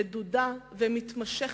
מדודה ומתמשכת.